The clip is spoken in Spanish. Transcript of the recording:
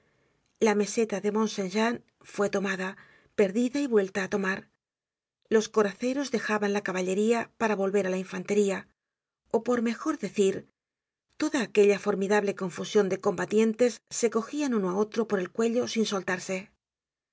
la meseta de mont saint jean fue tomada perdida y vuelta á tomar los coraceros dejaban la caballería para volver á la infantería ó por mejor decir toda aquella formidable confusion de combatientes se cogían uno á otro por el cuello sin soltarse